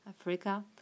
Africa